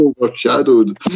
overshadowed